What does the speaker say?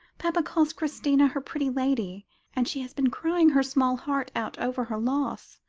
baba calls christina her pretty lady and she has been crying her small heart out over her loss.